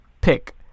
pick